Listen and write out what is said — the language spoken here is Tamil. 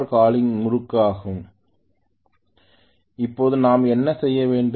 எனவே நான் சொல்ல வேண்டும் 400 k∅ Ia இன் மதிப்பு என்னவென்று கொடுக்க வேண்டும்